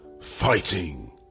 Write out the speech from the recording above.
Fighting